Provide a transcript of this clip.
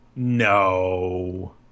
No